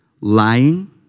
lying